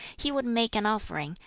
he would make an offering,